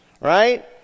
right